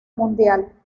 mundial